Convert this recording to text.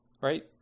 Right